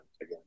again